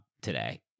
today